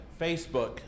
Facebook